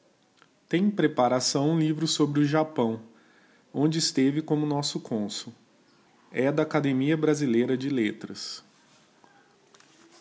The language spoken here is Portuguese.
em preparação um livro sobre o japão onde esteve como nosso cônsul e da academia brasileira de letras